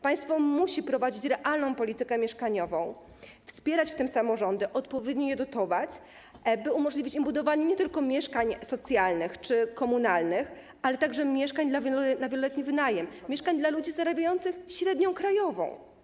Państwo musi prowadzić realną politykę mieszkaniową, wspierać w tym samorządy, odpowiednio je dotować, by umożliwić im budowanie nie tylko mieszkań socjalnych czy komunalnych, ale także mieszkań na wieloletni wynajem, mieszkań dla ludzi zarabiających średnią krajową.